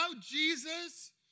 Jesus